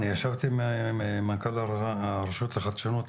אני ישבתי עם מנכ"ל לרשות לחדשנות,